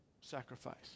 sacrifice